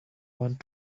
want